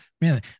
man